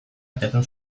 irteten